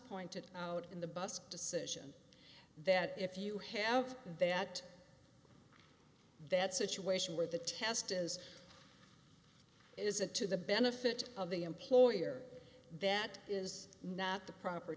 pointed out in the bust decision that if you have that that situation where the test is is it to the benefit of the employer that is not the proper